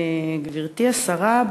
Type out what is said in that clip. גברתי השרה,